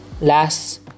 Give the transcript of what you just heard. Last